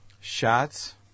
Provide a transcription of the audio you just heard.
Shots